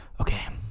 Okay